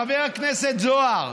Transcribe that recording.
חבר הכנסת זוהר,